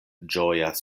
ĝojas